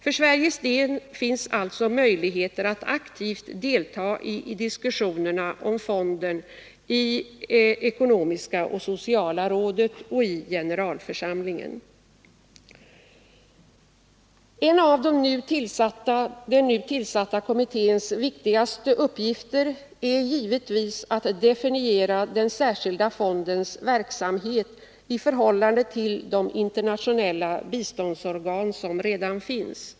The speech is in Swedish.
För Sverige finns alltså möjligheter att aktivt delta i diskussionerna om fonden i ekonomiska och sociala rådet och i generalförsamlingen. En av den nu tillsatta kommitténs viktigaste uppgifter är givetvis att definiera den särskilda fondens verksamhet i förhållande till de internationella biståndsorgan som redan finns.